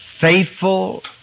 faithful